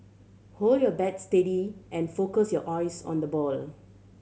hold your bat steady and focus your eyes on the ball